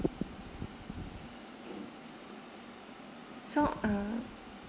so uh